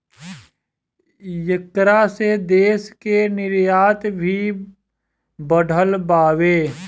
ऐकरा से देश के निर्यात भी बढ़ल बावे